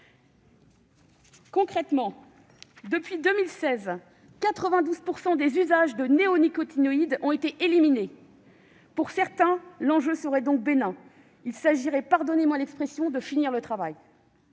Concrètement, depuis 2016, 92 % des usages de néonicotinoïdes ont été éliminés. Pour certains, l'enjeu serait donc bénin, il s'agirait simplement « de finir le travail